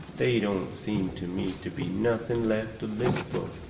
they don't seem to me to be nothing left to live fur.